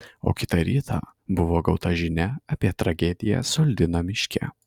o kitą rytą buvo gauta žinia apie tragediją soldino miške